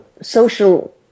social